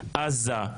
עזה,